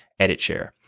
EditShare